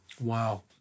Wow